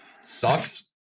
sucks